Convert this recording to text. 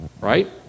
right